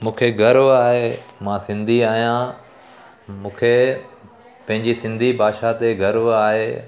मूंखे गर्व आहे मां सिंधी आहियां मूंखे पंहिंजी सिंधी भाषा ते गर्व आहे